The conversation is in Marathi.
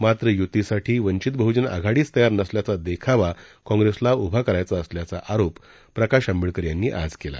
मात्र य्तीसाठी वंचित बहजन आघाडीच तयार नसल्याचा देखावा काँग्रेसला उभा करायचा असल्याचा आरोप प्रकाश आंबेडकर यांनी आज केला